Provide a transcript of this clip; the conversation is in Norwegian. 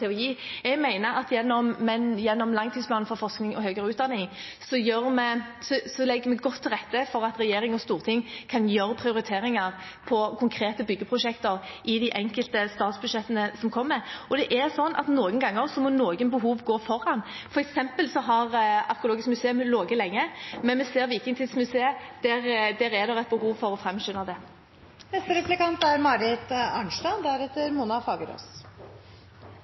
å gi. Jeg mener at gjennom langtidsplanen for forskning og høyere utdanning legger vi godt til rette for at regjering og storting kan gjøre prioriteringer for konkrete byggeprosjekter i de enkelte statsbudsjettene som kommer. Og det er slik at noen ganger må noen behov gå foran. For eksempel har Arkeologisk museum ligget lenge, men vi ser at det er behov for å framskynde Vikingtidsmuseet. Jeg skal gå litt videre på det, for det Stortinget ba om, var en køordning og en prioritering. Det departementet har levert, er